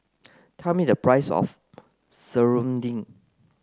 tell me the price of Serunding